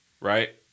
Right